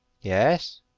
Yes